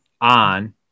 on